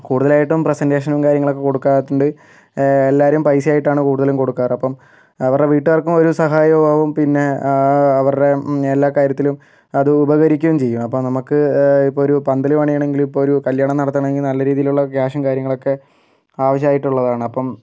കൂടുതലായിട്ടും പ്രസേൻറ്റേഷനും കാര്യങ്ങളും ഒക്കെ കൊടുക്കാത്തതുകൊണ്ട് എല്ലാവരും പൈസയായിട്ടാണ് കൂടുതലും കൊടുക്കാറ് അപ്പം അവരുടെ വീട്ടുകാർക്കും ഒരു സഹായവും ആകും പിന്നെ അവരുടെ എല്ലാ കാര്യത്തിലും അത് ഉപകരിക്കുകയും ചെയ്യും അപ്പം നമുക്ക് ഇപ്പോൾ ഒരു പന്തൽ പണിയണമെങ്കില് ഇപ്പോൾ ഒരു കല്യാണം നടത്തണെങ്കില് നല്ല രീതിയിലുള്ള കാശും കാര്യങ്ങളൊക്കെ ആവശ്യായിട്ടുള്ളതാണ് അപ്പം